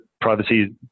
privacy